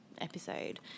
episode